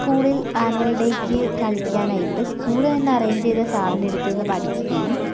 സ്കൂളിൽ ആന്വൽ ഡേയ്ക്ക് കളിക്കാനായിട്ട് സ്കൂൾ തന്നെ അറേഞ്ച് ചെയ്ത സാറിൻ്റെയടുത്തു നിന്ന് പഠിക്കുകയും